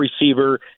receiver